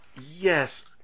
yes